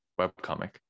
webcomic